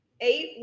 Eight